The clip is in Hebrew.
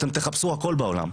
אתם תחפשו הכול בעולם.